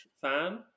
fan